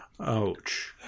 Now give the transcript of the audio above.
Ouch